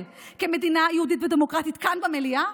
כמדינה יהודית ודמוקרטית כאן במליאה.